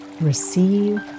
receive